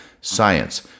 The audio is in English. science